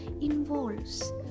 involves